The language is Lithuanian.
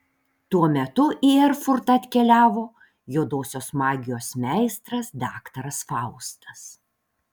tuo metu į erfurtą atkeliavo juodosios magijos meistras daktaras faustas